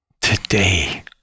today